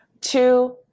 Two